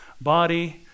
body